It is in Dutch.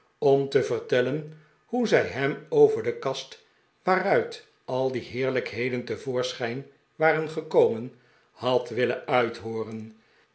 om te vertellen hoe zij hem over de kast waaruit al die heerlijkheden te voorschijn waren gekomen had willen uithooren